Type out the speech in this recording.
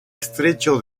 estrecho